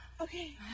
Okay